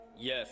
Yes